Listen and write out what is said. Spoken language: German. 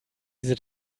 diese